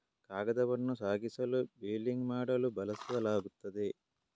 ಕಾಗದವನ್ನು ಸಾಗಿಸಲು ಬೇಲಿಂಗ್ ಮಾಡಲು ಬಳಸಲಾಗುತ್ತದೆ